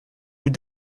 coup